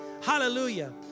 Hallelujah